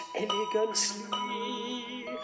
elegantly